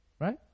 Right